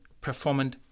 performant